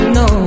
no